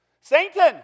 Satan